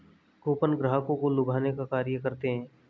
coupon ग्राहकों को लुभाने का कार्य करते हैं